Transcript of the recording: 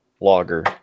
logger